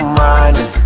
money